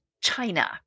China